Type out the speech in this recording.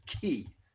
key